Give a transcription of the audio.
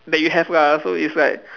that you have lah so it's like